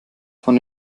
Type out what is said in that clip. von